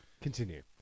Continue